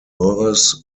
morris